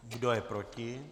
Kdo je proti?